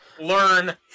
learn